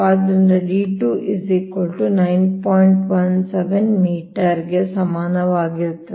ಆದ್ದರಿಂದ d2 ಸಮನಾಗಿರುತ್ತದೆ